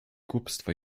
głupstwo